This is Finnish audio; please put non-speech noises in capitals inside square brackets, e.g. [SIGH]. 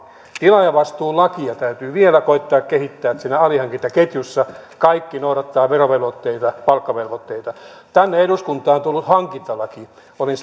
tilaajavastuulakia täytyy vielä koettaa kehittää että siinä alihankintaketjussa kaikki noudattavat verovelvoitteita palkkavelvoitteita tänne eduskuntaan on tullut hankintalaki olin [UNINTELLIGIBLE]